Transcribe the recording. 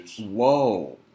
Whoa